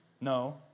No